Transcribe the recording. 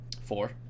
Four